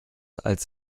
als